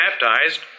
baptized